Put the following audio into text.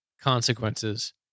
consequences